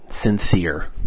Sincere